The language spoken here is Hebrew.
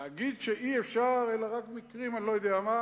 להגיד שאי-אפשר, אלא רק במקרים אני לא יודע מה,